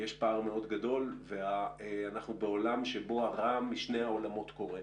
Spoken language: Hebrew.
יש פער מאוד גדול ואנחנו בעולם שבו הרע משני העולמות קורה.